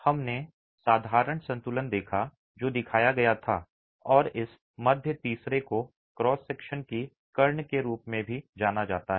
हमने साधारण संतुलन देखा जो दिखाया गया था और इस मध्य तीसरे को क्रॉस सेक्शन की कर्न के रूप में भी जाना जाता है